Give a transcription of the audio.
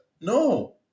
No